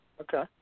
Okay